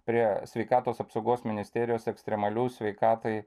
prie sveikatos apsaugos ministerijos ekstremalių sveikatai